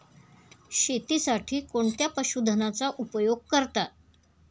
शेतीसाठी कोणत्या पशुधनाचा उपयोग करतात?